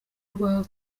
rwa